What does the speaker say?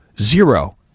Zero